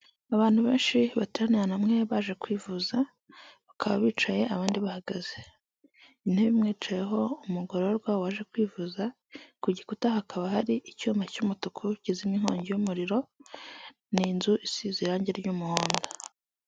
Abantu benshi bateraniye ahantu hamwe baje kwivuza bakaba bicaye abandi bahagaze; intebe yicayeho umugororwa waje kwivuza, ku gikuta hakaba hari icyuma cy'umutuku kizimya inkongi y'umuriro n'inzu isize irangi ry'umuhondo.